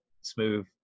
smooth